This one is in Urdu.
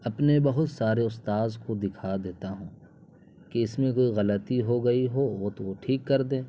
اپنے بہت سارے استاذ کو دکھا دیتا ہوں کہ اس میں کوئی غلطی ہو گئی ہو وہ تو وہ ٹھیک کر دیں